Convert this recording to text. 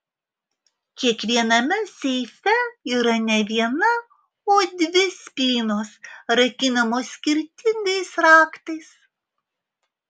kiekviename seife yra ne viena o dvi spynos rakinamos skirtingais raktais